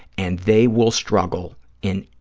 and they will struggle in